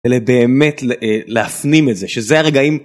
אלא באמת להפנים את זה, שזה הרגעים